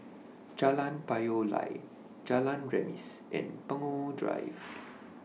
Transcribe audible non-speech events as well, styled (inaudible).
Jalan Payoh Lai Jalan Remis and Punggol Drive (noise)